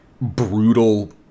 brutal